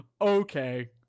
okay